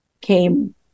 came